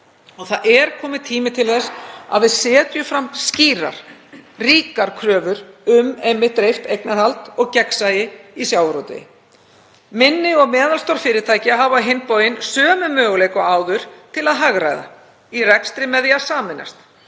Það er kominn tími til þess að við setjum fram skýrar og ríkar kröfur um dreift eignarhald og gegnsæi í sjávarútvegi. Minni og meðalstór fyrirtæki hafa á hinn bóginn sömu möguleika og áður til að hagræða í rekstri með því að sameinast.